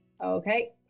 okay